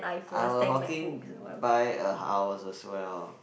I was walking by a house as well